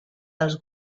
dels